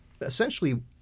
essentially